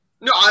No